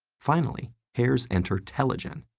finally, hairs enter telogen,